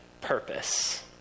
purpose